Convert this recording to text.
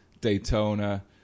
daytona